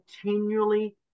Continually